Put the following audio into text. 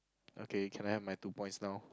okay can I have my two points now